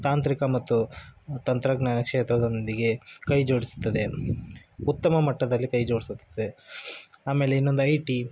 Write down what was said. ತಾಂತ್ರಿಕ ಮತ್ತು ತಂತ್ರಜ್ಞಾನ ಕ್ಷೇತ್ರದೊಂದಿಗೆ ಕೈ ಜೋಡಿಸುತ್ತದೆ ಉತ್ತಮ ಮಟ್ಟದಲ್ಲಿ ಕೈ ಜೋಡಿಸುತ್ತೆ ಆಮೇಲೆ ಇನ್ನೊಂದು ಐ ಟಿ